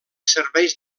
serveix